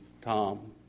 Tom